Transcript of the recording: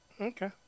Okay